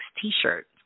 t-shirt